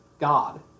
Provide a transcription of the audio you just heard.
God